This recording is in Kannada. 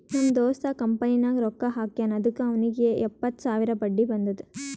ನಮ್ ದೋಸ್ತ ಕಂಪನಿನಾಗ್ ರೊಕ್ಕಾ ಹಾಕ್ಯಾನ್ ಅದುಕ್ಕ ಅವ್ನಿಗ್ ಎಪ್ಪತ್ತು ಸಾವಿರ ಬಡ್ಡಿ ಬಂದುದ್